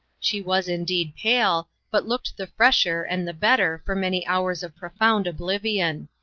she was indeed pale, but looked the fresher and the better for many hours of profound oblivion.